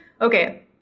okay